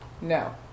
No